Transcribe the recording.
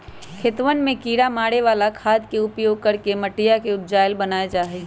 खेतवन में किड़ा मारे वाला खाद के उपयोग करके मटिया के उपजाऊ बनावल जाहई